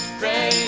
pray